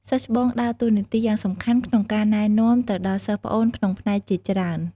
សិស្សច្បងដើរតួនាទីយ៉ាងសំខាន់ក្នុងការ ណែនាំទៅដល់សិស្សប្អូនក្នុងផ្នែកជាច្រើន។